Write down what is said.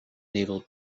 naval